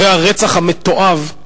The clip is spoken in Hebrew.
אחרי הרצח המתועב,